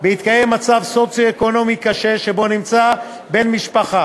ובהתקיים מצב סוציו-אקונומי קשה שבו נמצא בן המשפחה.